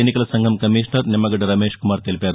ఎన్నికల సంఘం కమిషనర్ నిమ్మగద్ద రమేష్ కుమార్ తెలిపారు